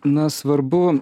na svarbu